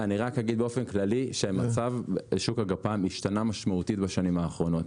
אני רק אגיד באופן כללי ששוק הגפ"מ השתנה משמעותית בשנים האחרונות.